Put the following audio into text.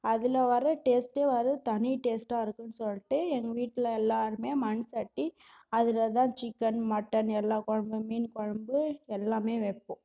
அதில் வர டேஸ்ட்டும் வரும் தனி டேஸ்ட்டாகருக்கும் சொல்லிட்டு எங்கள் வீட்டில எல்லாருமே மண் சட்டி அதில் தான் சிக்கன் மட்டன் எல்லா குழம்பு மீன் குழம்பு எல்லாமே வைப்போம்